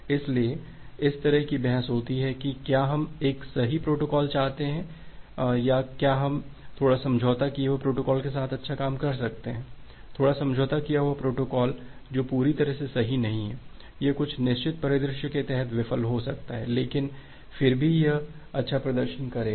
इसलिए इस तरह की बहस होती है कि क्या हम एक सही प्रोटोकॉल चाहते हैं या क्या हम थोड़ा समझौता किए गए प्रोटोकॉल के साथ अच्छा काम कर सकते हैं थोड़ा समझौता किया हुआ प्रोटोकॉल जो पूरी तरह से सही नहीं यह कुछ निश्चित परिदृश्य के तहत विफल हो सकता है लेकिन फिर भी यह अच्छा प्रदर्शन करेगा